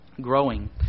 growing